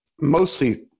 mostly